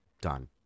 done